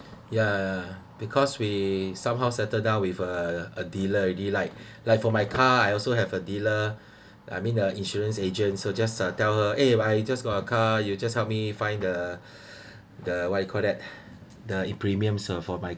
ya because we somehow settle down with a a dealer already like like for my car I also have a dealer I mean the insurance agent so just uh tell her eh I just got a car you just help me find the the what you call that the premiums for my